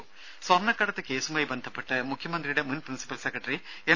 രുമ സ്വർണക്കടത്ത് കേസുമായി ബന്ധപ്പെട്ട് മുഖ്യമന്ത്രിയുടെ മുൻ പ്രിൻസിപ്പൽ സെക്രട്ടറി എം